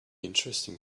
interesting